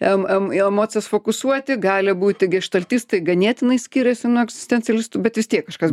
em em jo emocijas fokusuoti gali būti geštaltistai ganėtinai skiriasi nuo egzistencialistų bet vis tiek kažkas